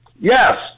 Yes